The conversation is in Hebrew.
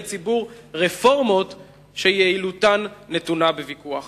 ציבור רפורמות שיעילותן נתונה בוויכוח.